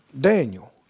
Daniel